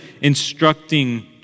instructing